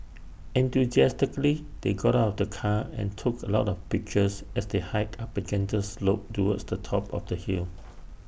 enthusiastically they got out of the car and took A lot of pictures as they hiked up A gentle slope towards the top of the hill